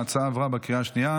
ההצעה עברה בקריאה השנייה.